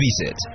visit